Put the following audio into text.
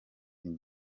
rayon